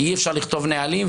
כי אי אפשר לכתוב נהלים,